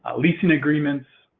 leasing agreements,